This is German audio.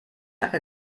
hacke